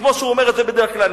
כמו שהוא אומר את זה בדרך כלל.